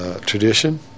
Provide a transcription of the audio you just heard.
tradition